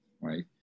right